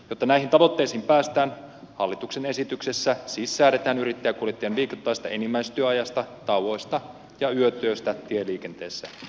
jotta näihin tavoitteisiin päästään hallituksen esityksessä siis säädetään yrittäjäkuljettajan viikoittaisesta enimmäistyöajasta tauoista ja yötyöstä tieliikenteessä